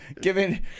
giving